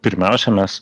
pirmiausia mes